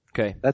Okay